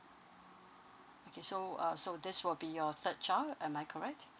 okay so uh so this will be your third child am I correct